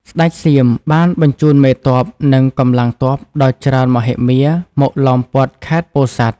ស្ដេចសៀមបានបញ្ជូនមេទ័ព និងកម្លាំងទ័ពដ៏ច្រើនមហិមាមកឡោមព័ទ្ធខេត្តពោធិ៍សាត់។